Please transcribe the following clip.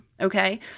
okay